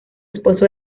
esposo